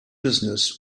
business